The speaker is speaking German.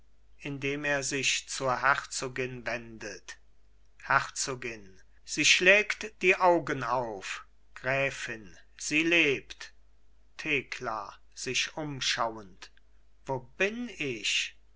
indem er sich zur herzogin wendet herzogin sie schlägt die augenauf gräfin sie lebt thekla sich umschauend wo bin ich